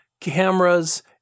cameras